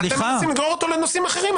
ואתם מנסים לגרור אותו לנושאים אחרים.